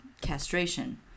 castration